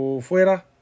fuera